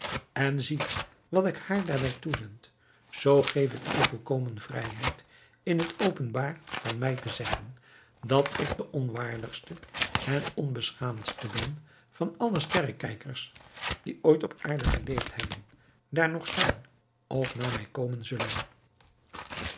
en ziet wat ik haar daar bij toezend zoo geef ik u volkomen vrijheid in het openbaar van mij te zeggen dat ik de onwaardigste en onbeschaamdste ben van alle sterrekijkers die ooit op aarde geleefd hebben daar nog zijn of na mij komen zullen